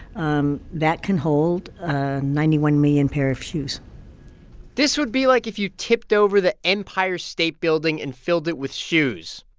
um that can hold ninety one million pair of shoes this would be like if you tipped over the empire state building and filled it with shoes.